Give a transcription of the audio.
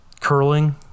curling